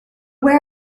where